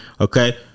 Okay